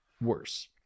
worse